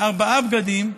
ארבעה בגדים,